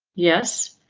yes.